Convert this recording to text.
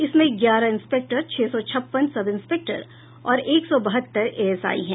इसमें ग्यारह इंस्पेक्टर छह सौ छप्पन सब इंस्पेक्टर और एक सौ बहत्तर एएसआई हैं